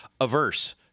averse